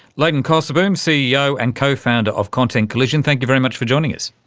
leighton cosseboom, ceo and co-founder of content collision, thank you very much for joining us.